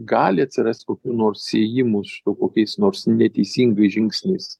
gali atsirast kokių nors siejimų su kokiais nors neteisingais žingsniais